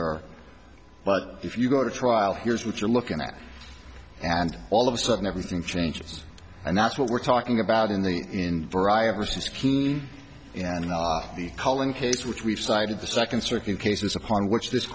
sir but if you go to trial here's what you're looking at and all of a sudden everything changes and that's what we're talking about in the in was just keen in calling a case which we've cited the second circuit cases upon which this